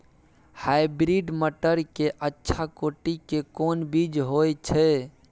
Hybrid मटर के अच्छा कोटि के कोन बीज होय छै?